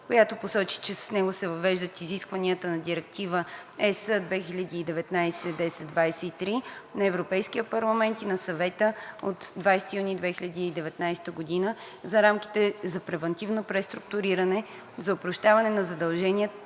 която посочи, че с него се въвеждат изискванията на Директива (ЕС) 2019/1023 на Европейския парламент и на Съвета от 20 юни 2019 г. за рамките за превантивно преструктуриране, за опрощаването на задължения